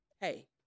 Hey